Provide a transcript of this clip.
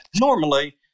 Normally